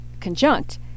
conjunct